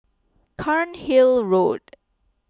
Cairnhill Road